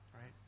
right